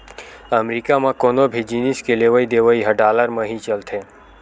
अमरीका म कोनो भी जिनिस के लेवइ देवइ ह डॉलर म ही चलथे